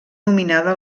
nominada